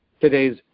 today's